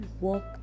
walk